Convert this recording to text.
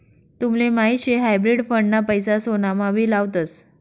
तुमले माहीत शे हायब्रिड फंड ना पैसा सोनामा भी लावतस